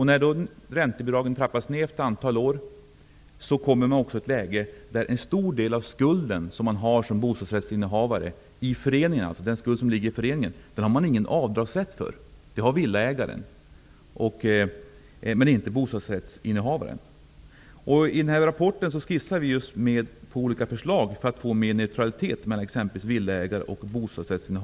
När räntebidragen efter ett antal år trappas ned har bostadsrättshavaren ingen avdragsrätt för den del i föreningens skuld som man har såsom bostadsrättshavare. Villaägaren har rätt att dra av sin skuld, men inte bostadsrättshavaren. I den här rapporten skissar vi kristdemokrater på olika förslag för att åstadkomma mer neutralitet mellan exempelvis villaägare och bostadsrättshavare.